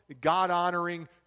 God-honoring